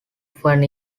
often